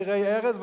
שירי ערש,